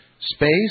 space